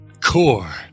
core